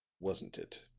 wasn't it?